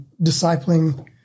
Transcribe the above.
discipling